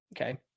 Okay